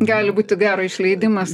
gali būti garo išleidimas ar ne